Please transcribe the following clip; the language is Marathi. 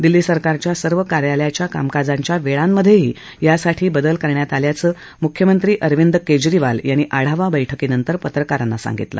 दिल्ली सरकारच्या सर्व कार्यालयाच्या कामकाजांच्या वेळांमधेही यासाठी बदल करण्यात आल्याचं मुख्यमंत्री अरविंद केजरीवाल यांनी आढावा बैठकीनंतर पत्रकारांना सांगितलं